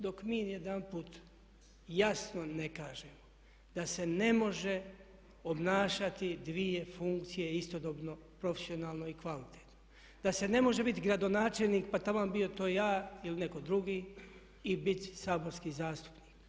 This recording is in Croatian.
Dok mi jedanput jasno ne kažemo da se ne može obnašati dvije funkcije istodobno, profesionalno i kvalitetno, da se ne može biti gradonačelnik pa taman bio to ja ili netko drugi i bit saborski zastupnik.